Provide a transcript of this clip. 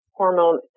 hormone